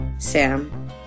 sam